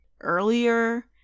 earlier